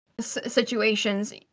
situations